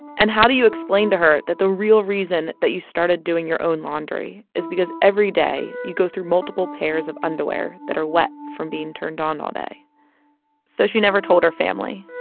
and how do you explain to her that the real reason you started doing your own laundry is because everyday you go through multiple pairs of underwear that are wet from being turned on all day so she never told her family,